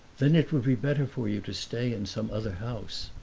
then it would be better for you to stay in some other house.